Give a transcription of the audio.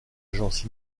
agence